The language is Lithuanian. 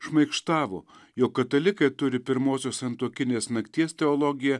šmaikštavo jog katalikai turi pirmosios santuokinės nakties teologiją